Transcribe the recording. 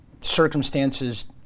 Circumstances